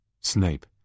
Snape